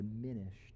diminished